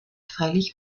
freilich